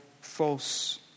false